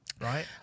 right